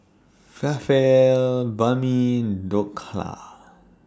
Falafel Banh MI Dhokla